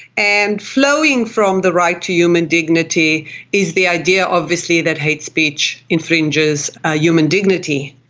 and flowing from the right to human dignity is the idea obviously that hate speech infringes ah human dignity.